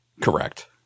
Correct